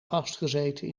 vastgezeten